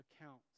accounts